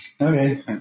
Okay